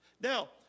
Now